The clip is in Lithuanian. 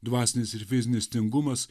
dvasinis ir fizinis tingumas